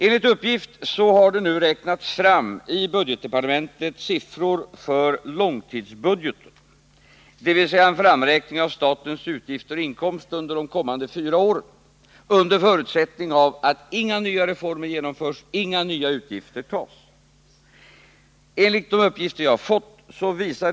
Enligt uppgift har det nu i budgetdepartementet räknats fram siffror för långtidsbudgeten, dvs. en framräkning av statens utgifter och inkomster under de kommande fyra åren — under förutsättning att inga nya reformer genomförs och inga nya utgifter accepteras.